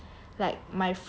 like my friend like